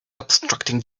obstructing